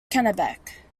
kennebec